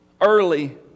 Early